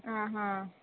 आ हा